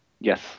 Yes